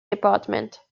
department